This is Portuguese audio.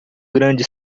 grande